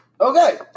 Okay